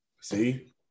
See